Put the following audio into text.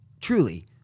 truly